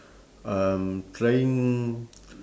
um trying